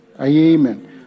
Amen